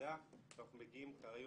בהתמדה ואנחנו מגיעים כיום,